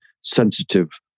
sensitive